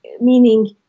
meaning